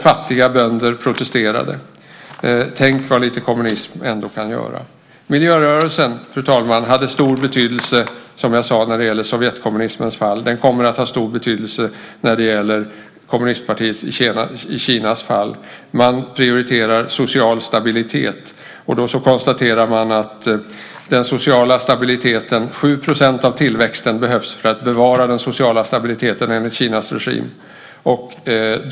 Fattiga bönder protesterade. Tänk vad lite kommunism ändå kan göra! Miljörörelsen, fru talman, hade stor betydelse, som jag sade, när det gällde Sovjetkommunismens fall. Den kommer att ha stor betydelse när det gäller fallet för kommunistpartiet i Kina. Man prioriterar social stabilitet. Och man konstaterar att 7 % av tillväxten behövs för att bevara den sociala stabiliteten, enligt Kinas regim.